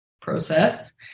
process